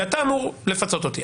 ולכן אתה אמור לפצות אותי.